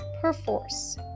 perforce